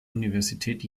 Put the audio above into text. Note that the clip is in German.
universität